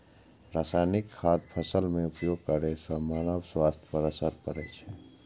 रासायनिक खादक फसल मे उपयोग करै सं मानव स्वास्थ्य पर असर पड़ै छै